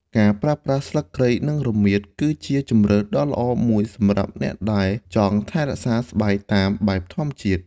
ការប្រើប្រាស់ស្លឹកគ្រៃ និងរមៀត គឺជាជម្រើសដ៏ល្អមួយសម្រាប់អ្នកដែលចង់ថែរក្សាស្បែកតាមបែបធម្មជាតិ។